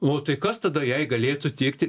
o tai kas tada jai galėtų tikti